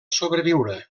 sobreviure